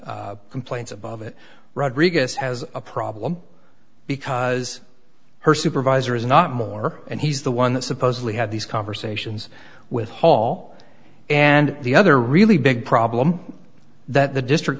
complaints above it rodriguez has a problem because her supervisor is not more and he's the one that supposedly had these conversations with hall and the other really big problem that the district